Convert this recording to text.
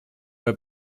bei